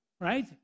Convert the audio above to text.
right